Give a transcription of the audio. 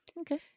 Okay